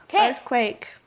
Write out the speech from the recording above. earthquake